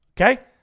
Okay